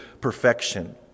perfection